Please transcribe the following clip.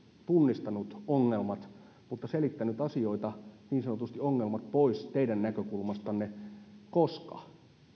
tunnistanut ongelmat mutta selittänyt asioita niin sanotusti ongelmat pois teidän näkökulmastanne koska